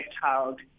child